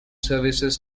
services